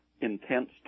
intense